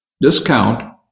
discount